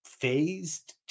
phased